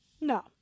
No